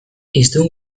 hiztun